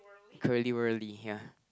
curly wurly ya